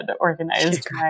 organized